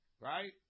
Right